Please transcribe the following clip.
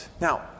Now